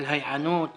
על ההיענות,